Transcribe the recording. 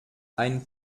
ein